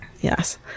Yes